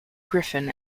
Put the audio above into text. griffin